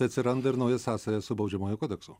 atsiranda ir nauja sąsaja su baudžiamuoju kodeksu